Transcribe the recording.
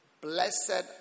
Blessed